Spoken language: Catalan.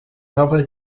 nova